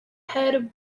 head